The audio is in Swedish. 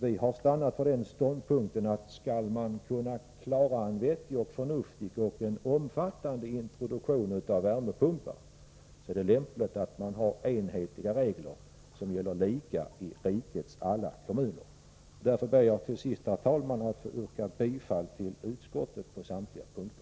Vi har stannat för den ståndpunkten att skall man kunna klara en vettig, förnuftig och omfattande introduktion av värmepumpar är det lämpligt att ha enhetliga regler som gäller lika i rikets alla kommuner. Därför ber jag till sist, herr talman, att få yrka bifall till utskottets förslag på samtliga punkter.